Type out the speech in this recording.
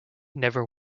never